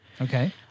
Okay